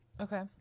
Okay